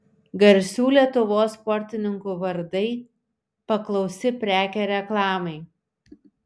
garsių lietuvos sportininkų vardai paklausi prekė reklamai